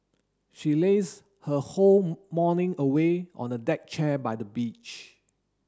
she laze her whole morning away on a deck chair by the beach